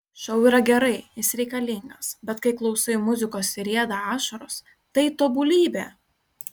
šou yra gerai jis reikalingas bet kai klausai muzikos ir rieda ašaros tai tobulybė